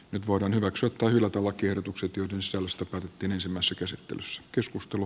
nyt voidaan hyväksyä tai kenesemmassa käsittelyssä keskustelu